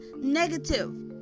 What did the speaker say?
negative